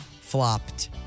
flopped